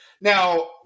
Now